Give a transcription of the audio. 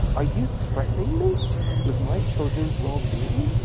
are you threatening me with my children's well-being?